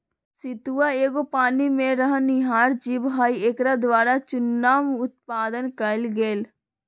सितुआ एगो पानी में रहनिहार जीव हइ एकरा द्वारा चुन्ना उत्पादन कएल गेल